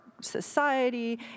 society